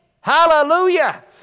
Hallelujah